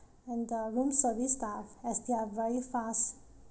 and the room service staff as they're very fast